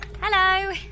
Hello